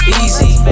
easy